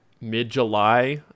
mid-July